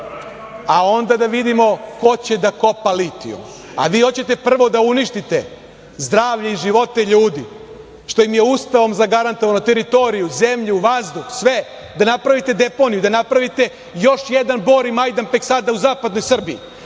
a onda da vidimo ko će da kopa litijum. A vi hoćete prvo da uništite zdravlje i živote ljudi, što im je Ustavom zagarantovano, teritoriju, zemlju, vazduh, sve, da napravite deponiju, da napravite još jedan Bor i Majdanpek sada u zapadnoj Srbiji,